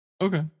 Okay